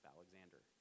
Alexander